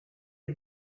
est